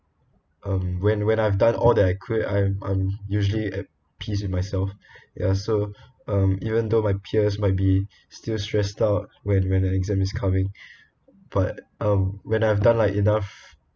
um when when I've done all that I could I'm I'm usually at peace with myself ya so um even though my peers might be still stressed out when when an exam is coming but um when I've done like enough